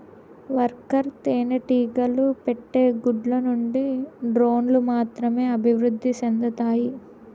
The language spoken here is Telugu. వర్కర్ తేనెటీగలు పెట్టే గుడ్ల నుండి డ్రోన్లు మాత్రమే అభివృద్ధి సెందుతాయి